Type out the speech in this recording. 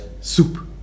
soup